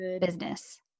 business